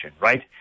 right